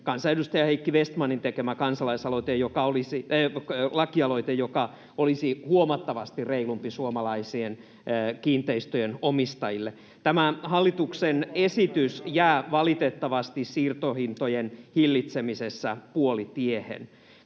kansanedustaja Heikki Vestmanin tekemä lakialoite, joka olisi huomattavasti reilumpi suomalaisten kiinteistöjen omistajille. [Paavo Arhinmäen välihuuto] Tämä hallituksen esitys jää valitettavasti siirtohintojen hillitsemisessä puolitiehen.